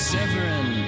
Severin